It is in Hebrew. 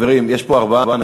חברים, יש פה ארבעה חברים